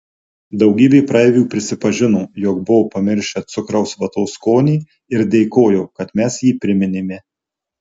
daugybė praeivių prisipažino jog buvo pamiršę cukraus vatos skonį ir dėkojo kad mes jį priminėme